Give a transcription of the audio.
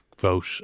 vote